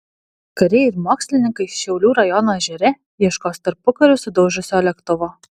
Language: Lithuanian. kariai ir mokslininkai šiaulių rajono ežere ieškos tarpukariu sudužusio lėktuvo